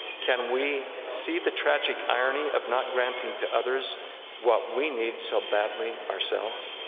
can we see the tragic irony of not granting to others what we need so badly ourselves?